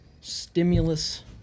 stimulus